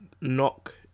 knock